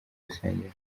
rusengero